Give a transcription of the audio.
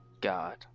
God